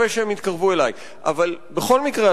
אבל בכל מקרה,